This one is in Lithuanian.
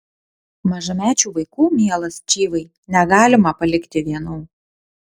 mažamečių vaikų mielas čyvai negalima palikti vienų